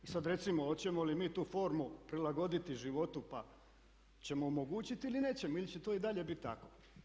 I sada recimo, hoćemo li mi tu formu prilagoditi životu pa ćemo omogućiti ili nećemo ili će to i dalje biti tako.